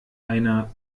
einer